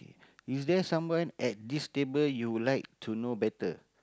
is there someone at this table you like to know better